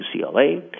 UCLA